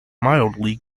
mildly